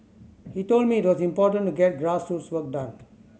he told me it was important to get grassroots work done